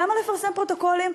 למה לפרסם פרוטוקולים?